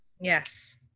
yes